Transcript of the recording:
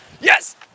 Yes